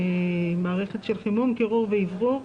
מערכת של חימום, קירור ואוורור.